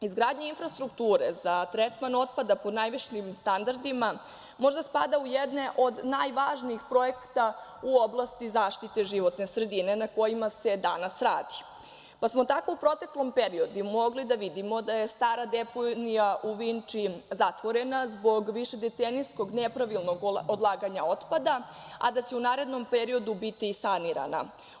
Izgradnja infrastrukture za tretman otpada po najvišim standardima, možda spada u jedne od najvažnijih projekata u oblasti zaštite životne sredine na kojima se danas radi, pa smo tako u proteklom periodu mogli da vidimo da je stara deponija u Vinči zatvorena zbog višedecenijskog nepravilnog odlaganja otpada, a da će u narednom periodu biti i sanirana.